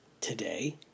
today